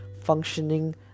functioning